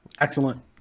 Excellent